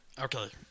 Okay